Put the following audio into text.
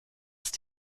ist